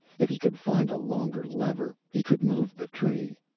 if he could find a longer lever, he could move the tree.